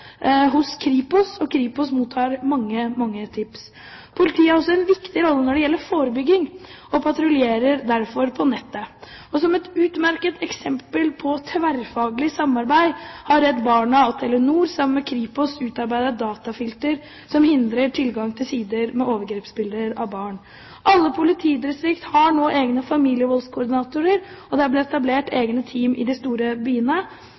hos Kripos, og Kripos mottar mange tips. Politiet har også en viktig rolle når det gjelder forebygging og patruljerer derfor på nettet. Som et utmerket eksempel på tverrfaglig samarbeid har Redd Barna og Telenor, sammen med Kripos, utarbeidet datafilter som hindrer tilgang til sider med overgrepsbilder av barn. Alle politidistrikt har nå egne familievoldskoordinatorer, og det er blitt etablert egne team i de store byene.